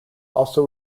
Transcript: also